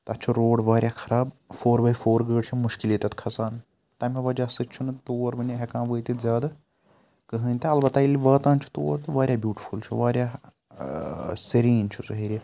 تَتھ چھُ روڈ واریاہ خَراب فور باے فور گٲڑۍ چھِ مُشکِلے تَتھ کھَسان تمہِ وَجہَ سۭتۍ چھُ نہٕ تور وٕنہِ ہیٚکان وٲتِتھ زیادٕ کٕہٕنۍ تہِ اَلبَتہَ ییٚلہِ واتان چھِ تور تہِ واریاہ بیوٗٹِفُل چھُ واریاہ سریٖن چھُ سُہ ہیٚرِ